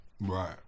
Right